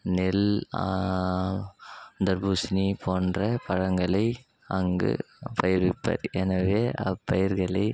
நெல் தர்பூசணி போன்ற பழங்களை அங்கு பயிர் விப்பார் எனவே அப்பயிர்களை